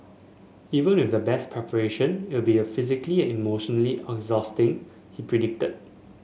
even with the best preparation it will be a physically and emotionally exhausting he predicted